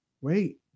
Wait